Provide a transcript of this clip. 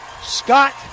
Scott